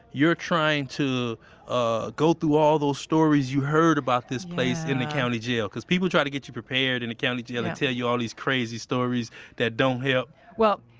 you're trying to ah go through all those stories you heard about this place in the county jail. cause people try to get you prepared in the county jail, they tell you all these crazy stories that don't help well,